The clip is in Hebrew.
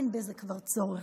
אין בזה כבר צורך,